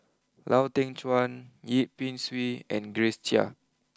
Lau Teng Chuan Yip Pin Xiu and Grace Chia